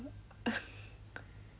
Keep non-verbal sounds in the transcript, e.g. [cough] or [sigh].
[laughs]